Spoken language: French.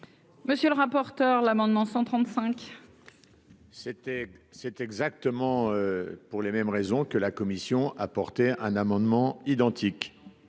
monsieur le rapporteur, l'amendement 135. C'était, c'est exactement pour les mêmes raisons que la commission a porté un amendement identique.